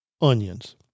onions